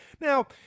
Now